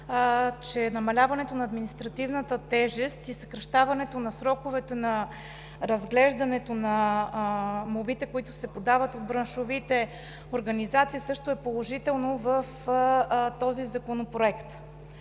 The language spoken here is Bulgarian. че намаляването на административната тежест и съкращаването на сроковете на разглеждане на молбите, които се подават от браншовите организации, също е положително в този законопроект.